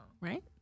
Right